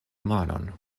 manon